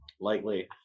likely